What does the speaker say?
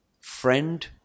friend